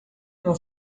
não